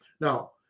Now